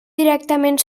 directament